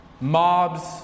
Mobs